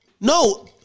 No